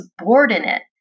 subordinate